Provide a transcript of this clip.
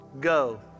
go